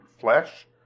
flesh